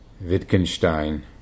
Wittgenstein